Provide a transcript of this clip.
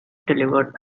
delivered